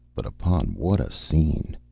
but upon what a scene!